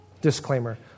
disclaimer